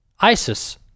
ISIS